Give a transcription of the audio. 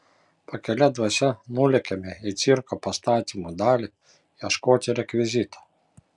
pakilia dvasia nulėkėme į cirko pastatymų dalį ieškoti rekvizito